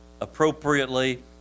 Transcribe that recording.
appropriately